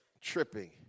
Tripping